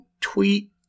tweet